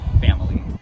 family